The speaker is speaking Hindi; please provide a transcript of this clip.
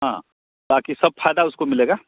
हाँ ताकि सब फायदा उसको मिलेगा